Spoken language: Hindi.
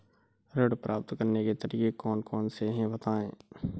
ऋण प्राप्त करने के तरीके कौन कौन से हैं बताएँ?